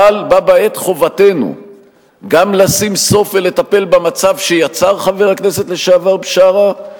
אבל בה בעת חובתנו גם לשים סוף ולטפל במצב שיצר חבר הכנסת לשעבר בשארה,